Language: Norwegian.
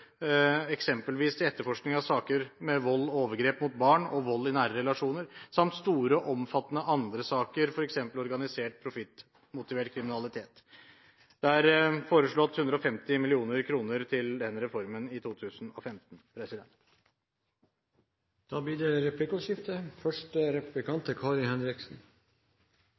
eksempelvis til etterforskning av saker med vold og overgrep mot barn og vold i nære relasjoner samt store og omfattende andre saker, f.eks. organisert profittmotivert kriminalitet. Det er foreslått 150 mill. kr til den reformen i 2015. Det blir replikkordskifte. Justisministeren framstiller budsjettet sitt som godt, og det er